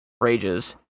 rages